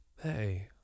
Hey